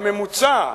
הממוצע,